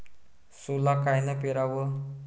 सोला कायनं पेराव?